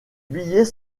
billets